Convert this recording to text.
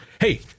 Hey